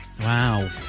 Wow